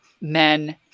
men